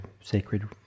sacred